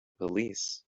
police